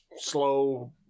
slow